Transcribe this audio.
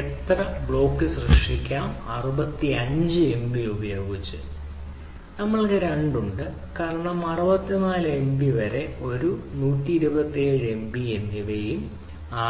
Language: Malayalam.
എത്ര ബ്ലോക്ക് സൃഷ്ടിക്കും 65 എംബി ഉപയോഗിച്ച് നമ്മൾക്ക് 2 ഉണ്ട് കാരണം 64 MB വരെ 1 127 MB എന്നിവയും